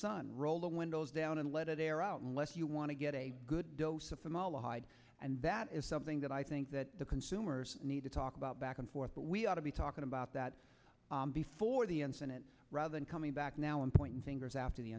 sun roll the windows down and let it air out unless you want to get a good dose of the mollified and that is something that i think that consumers need to talk about back and forth but we ought to be talking about that before the incident rather than coming back now and pointing fingers after the